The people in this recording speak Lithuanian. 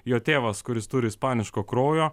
jo tėvas kuris turi ispaniško kraujo